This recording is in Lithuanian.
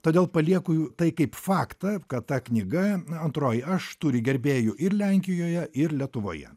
todėl palieku tai kaip faktą kad ta knyga antroji aš turi gerbėjų ir lenkijoje ir letuvoje